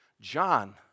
John